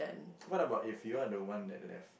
what about if you are the one that left